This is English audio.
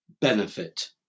benefit